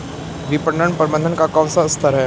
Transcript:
विपणन प्रबंधन का कौन सा स्तर है?